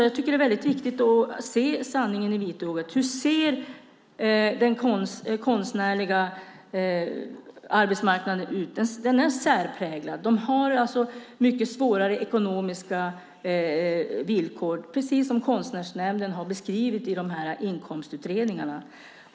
Jag tycker att det är viktigt att se sanningen i vitögat. Hur ser konstnärernas arbetsmarknad ut? Den är särpräglad. Konstnärerna har mycket svåra ekonomiska villkor, precis som Konstnärsnämnden har beskrivit i inkomstutredningarna.